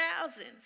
thousands